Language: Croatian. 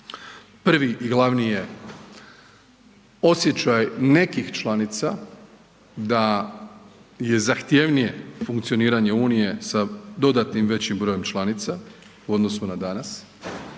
prvi i glavni je osjećaj nekih članica da je zahtjevnije funkcioniranje Unije sa dodatnim većim brojem članica u odnosu na danas,